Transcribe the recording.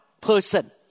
person